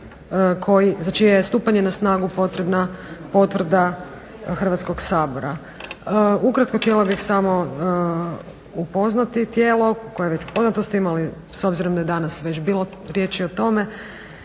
za čije je stupanje na snagu potrebna potvrda Hrvatskog sabora. Ukratko htjela bih samo upoznati tijelo koje je već upoznato s tim s obzirom da je danas već bilo riječi o tome.